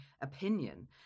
opinion